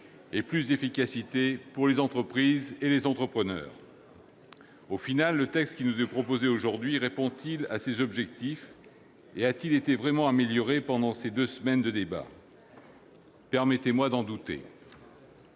et d'efficacité pour les entreprises et les entrepreneurs. Finalement, le texte qui nous est proposé aujourd'hui répond-il à ces objectifs et a-t-il été vraiment amélioré pendant ces deux semaines de débat ? Permettez-moi d'en douter.